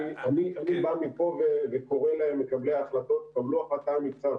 אני קורא מפה למקבלי ההחלטות: קבלו החלטה אמיצה.